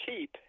cheap